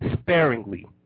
sparingly